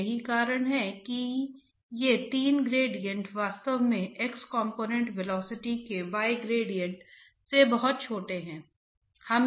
समीकरण इससे आपको यह पहचानने में मदद मिलेगी कि यदि आप इनमें से प्रत्येक शब्द के लिए संकेत देते हैं तो क्या संकेत होना चाहिए